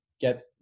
get